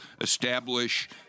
establish